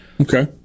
Okay